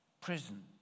prison